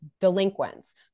delinquents